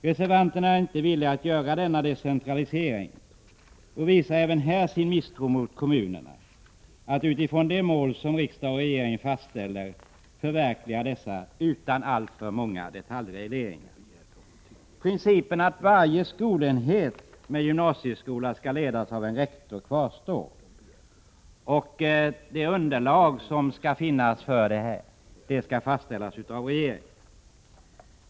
Reservanterna är inte villiga att genomföra denna decentralisering och visar även här sin misstro mot kommunerna att utifrån de mål som riksdag och regering fastställer förverkliga dessa utan alltför många detaljregleringar. Principen att varje skolenhet med gymnasieskola skall ledas av en rektor kvarstår. Underlag för detta skall fastställas av regeringen.